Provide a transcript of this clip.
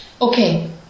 Okay